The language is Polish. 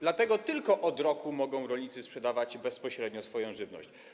Dlatego tylko od roku rolnicy mogą sprzedawać bezpośrednio swoją żywność.